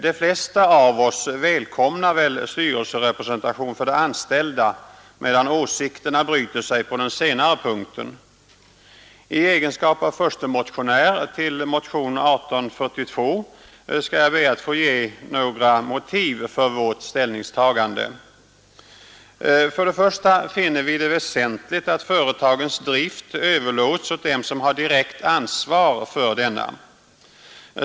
De flesta av oss välkomnar en styrelserepresentation för de anställda, medan åsikterna bryter sig på den senare punkten. I egenskap av förstemotionär till motionen 1842 skall jag be att få ange några motiv för vårt ställningstagande. För det första finner vi det väsentligt att företagens drift överlåts åt dem som har direkt ansvar för denna.